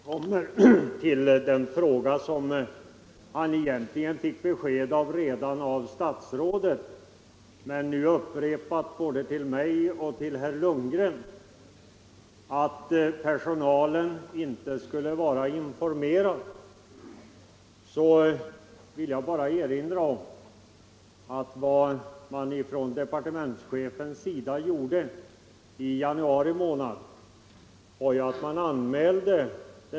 Herr talman! Herr Bengtsson i Göteborg återkommer nu till den fråga han fick svar på redan av statsrådet. Han har nu både till mig och till herr Lundgren upprepat sitt påstående att personalen inte skulle vara informerad. Jag vill då bara erinra om att departementschefen i januari månad anmälde den här frågan.